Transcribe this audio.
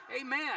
Amen